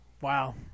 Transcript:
wow